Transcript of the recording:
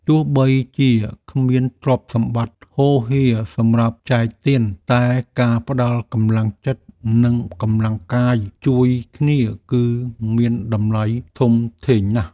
ទោះបីជាគ្មានទ្រព្យសម្បត្តិហូរហៀរសម្រាប់ចែកទានតែការផ្តល់កម្លាំងចិត្តនិងកម្លាំងបាយជួយគ្នាគឺមានតម្លៃធំធេងណាស់។